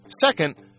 Second